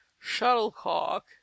shuttlecock